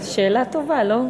שאלה טובה, לא?